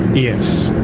yes.